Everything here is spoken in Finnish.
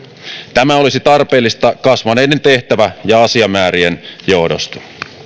tämä olisi tarpeellista kasvaneiden tehtävä ja asiamäärien johdosta